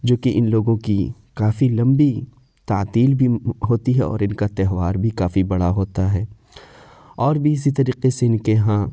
جوکہ ان لوگوں کی کافی لمبی تعطیل بھی ہوتی ہے اور ان کا تہوار بھی کافی بڑا ہوتا ہے اور بھی اسی طریقے سے ان کے یہاں